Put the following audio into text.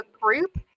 group